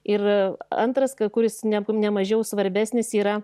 ir antras kuris neb ne mažiau svarbesnis yra